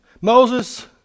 Moses